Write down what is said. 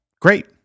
Great